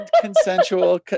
consensual